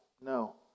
No